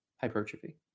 Hypertrophy